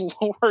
lower